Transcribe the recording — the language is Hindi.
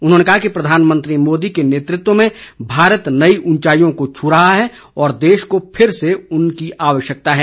उन्होंने कहा कि प्रधानमंत्री मोदी के नेतृत्व में भारत नई उंचाईयों को छ् रहा है और देश को फिर से उनकी आवश्यकता है